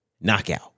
knockout